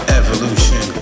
evolution